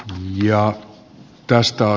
ja kalastaa